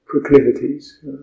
proclivities